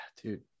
dude